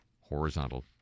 horizontal